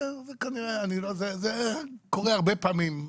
זה קורה הרבה פעמים,